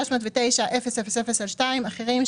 309000/2 אחרים.